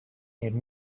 need